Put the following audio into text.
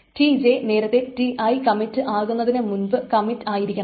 Tj നേരത്തെ Ti commit ആകുന്നതിനു മുൻപ് കമ്മിറ്റ് ആയിരിക്കണം